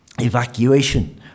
evacuation